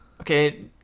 Okay